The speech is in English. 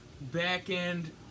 back-end